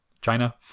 china